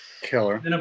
Killer